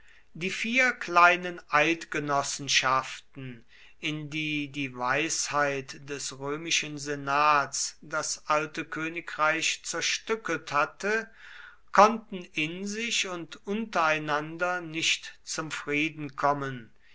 die vier kleinen eidgenossenschaften in die die weisheit des römischen senats das alte königreich zerstückelt hatte konnten in sich und untereinander nicht zum frieden kommen